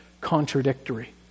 contradictory